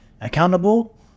accountable